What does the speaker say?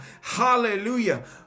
Hallelujah